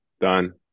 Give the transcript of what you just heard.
done